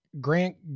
Grant